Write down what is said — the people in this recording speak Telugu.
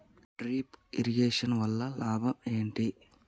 డ్రిప్ ఇరిగేషన్ వల్ల లాభం ఏంటి?